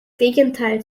gegenteil